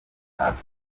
hafi